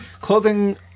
Clothing